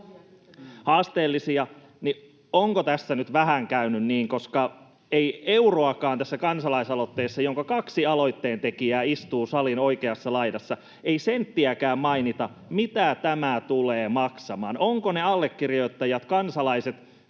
haasteellisia. Onko tässä nyt vähän käynyt niin? Ei euroakaan tässä kansalaisaloitteessa, jonka kaksi aloitteentekijää istuu salin oikeassa laidassa — ei senttiäkään — mainita, mitä tämä tulee maksamaan. Ovatko ne allekirjoittajat, kansalaiset,